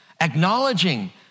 acknowledging